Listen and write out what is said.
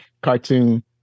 cartoon